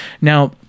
Now